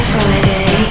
Friday